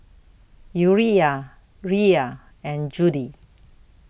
Urijah Rhea and Judy